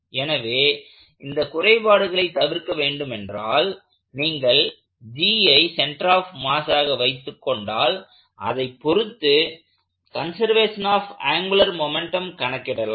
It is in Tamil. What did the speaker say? எனவே இந்த குறைபாடுகளை தவிர்க்க வேண்டும் என்றால் நீங்கள் Gஐ சென்டர் ஆப் மாஸாக வைத்துக்கொண்டால் அதைப்பொருத்து கன்சர்வேஷன் ஆஃப் ஆங்குலர் மொமெண்ட்டம் கணக்கிடலாம்